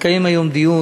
התקיים היום דיון,